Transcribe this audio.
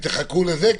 תחכו לזה,